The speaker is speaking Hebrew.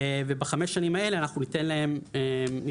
ובחמש שנים האלה אנחנו ניתן להם מענק,